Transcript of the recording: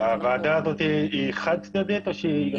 אנחנו --- הוועדה הזאת היא חד צדדית או שיש בה דיון?